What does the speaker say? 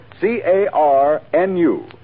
C-A-R-N-U